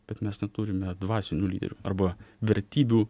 bet mes neturime dvasinių lyderių arba vertybių